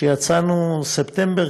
שיצאנו אליה בספטמבר,